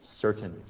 certain